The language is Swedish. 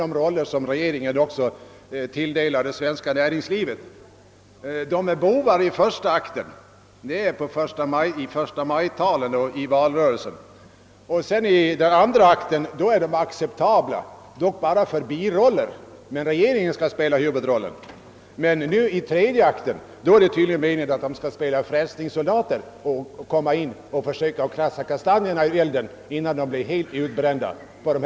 Det är ungefär så regeringen tilldelar det svenska näringslivet dess roller. De enskilda företagen är bovar i första akten — i förstamajtalen och i valrörelsen. I andra akten är de mera acceptabla, dock bara för biroller; regeringen skall spela huvudrollerna. Men i tredje akten är det tydligen meningen att de skall spela frälsningssoldater och komma in och krafsa kastanjerna ur elden åt de statsägda företagen.